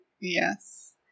Yes